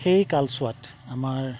সেই কালচোৱাত আমাৰ